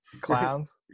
Clowns